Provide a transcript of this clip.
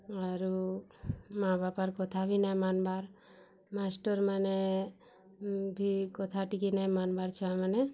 ଆରୁ ମା ବାପାର୍ କଥା ବି ନାଇ ମାନ୍ବାର୍ ମାଷ୍ଟର୍ମାନେ ଭି କଥାଟିକେ ନାଇ ମାନ୍ବାର୍ ଛୁଆମାନେ